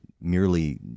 merely